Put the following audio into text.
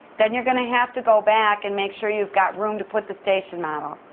then you're gonna have to go back and make sure you've got room to put the station model.